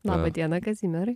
laba diena kazimierai